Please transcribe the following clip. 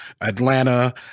Atlanta